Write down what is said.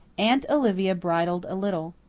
aunt olivia bridled a little.